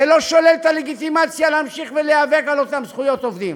זה לא שולל את הלגיטימציה להמשיך ולהיאבק על אותן זכויות עובדים.